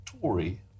Tory